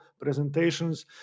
presentations